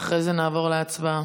ואחרי זה נעבור להצבעה.